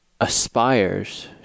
aspires